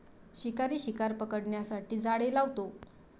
शिकारी शिकार पकडण्यासाठी जाळे लावतो